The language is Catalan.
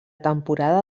temporada